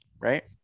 Right